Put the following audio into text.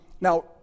Now